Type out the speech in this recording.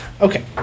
Okay